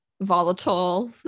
volatile